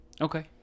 Okay